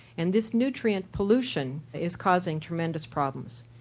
and this nutrient pollution is causing tremendous problems.